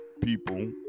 people